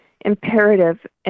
imperative